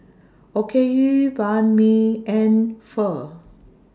Okayu Banh MI and Pho